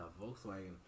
Volkswagen